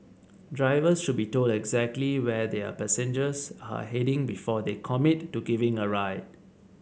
drivers should be told exactly where their passengers are heading before they commit to giving a ride